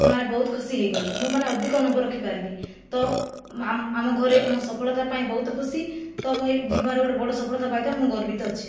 ସେମାନେ ବହୁତ ଖୁସି ହୋଇଗଲେ ମୁଁ ମାନେ ଅଧିକ ନମ୍ବର ରଖିପାରିଲି ତ ଆମ ଘରେ ମୋ ସଫଳତା ପାଇଁ ବହୁତ ଖୁସି ତ ମୁଁ ଏହି ଜୀବନରେ ଗୋଟିଏ ବଡ଼ ସଫଳତା ପାଇବାଥିବାରୁ ମୁଁ ଗର୍ବିତ ଅଛି